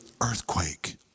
earthquake